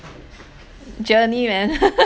journey man